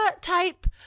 type